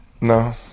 No